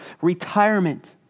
retirement